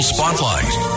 Spotlight